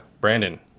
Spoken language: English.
brandon